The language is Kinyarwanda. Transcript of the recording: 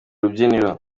rubyiniro